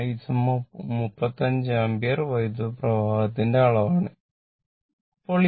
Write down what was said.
I 35 ampere വൈദ്യുത പ്രവാഹത്തിന്റെ അളവാണ് ഇത്